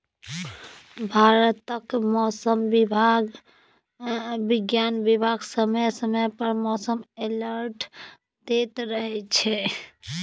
भारतक मौसम बिज्ञान बिभाग समय समय पर मौसम अलर्ट दैत रहै छै